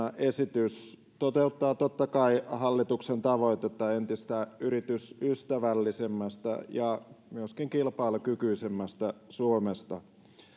esitys toteuttaa totta kai hallituksen tavoitetta entistä yritysystävällisemmästä ja myöskin kilpailukykyisemmästä suomesta